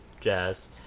jazz